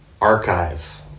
archive